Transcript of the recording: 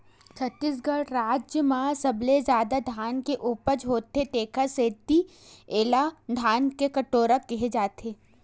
छत्तीसगढ़ राज म सबले जादा धान के उपज होथे तेखर सेती एला धान के कटोरा केहे जाथे